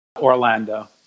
Orlando